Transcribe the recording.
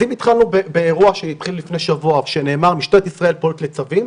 אם התחלנו באירוע שהתחיל לפני שבוע שנאמר שמשטרת ישראל פועלת ללא צווים,